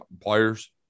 players